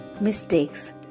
mistakes